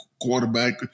quarterback